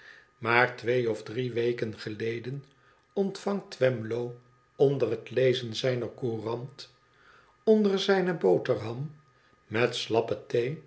maar twee of drie weken geleden ontvangt twemlow onder het lezen zijner courant onder zijne boterham met